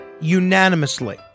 unanimously